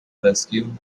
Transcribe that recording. rescue